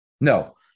no